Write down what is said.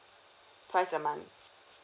twice a month